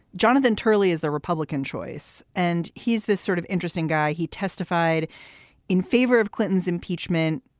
jonathan turley is the republican choice and he's this sort of interesting guy. he testified in favor of clinton's impeachment.